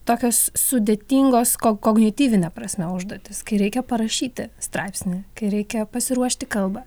tokios sudėtingos ko kognityvine prasme užduotys kai reikia parašyti straipsnį kai reikia pasiruošti kalbą